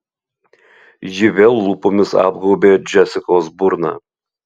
ji vėl lūpomis apgaubė džesikos burną